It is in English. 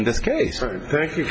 in this case thank you